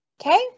Okay